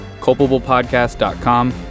culpablepodcast.com